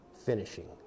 Finishing